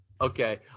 Okay